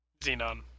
Xenon